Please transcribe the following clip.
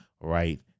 right